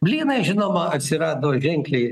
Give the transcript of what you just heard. blynai žinoma atsirado ženkliai